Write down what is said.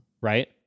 right